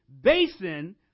basin